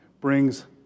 brings